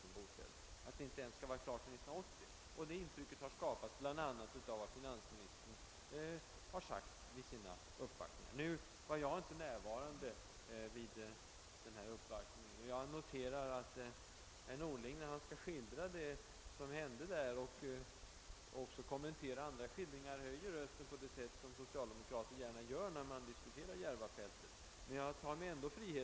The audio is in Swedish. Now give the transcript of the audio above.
Intrycket att de inte ens blir klara till 1980 har skapats bl.a. av vad finansministern har sagt vid en uppvaktning. Nu var jag inte närvarande vid uppvaktningen. Jag noterar att herr Norling när han skall skildra det som hände där, eller kommentera andras skildringar, höjer rösten på det sätt som so+ cialdemokrater gärna gör när Järvafältet diskuteras.